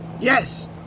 Yes